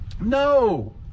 No